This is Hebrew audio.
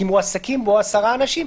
כי מועסקים בו עשרה אנשים,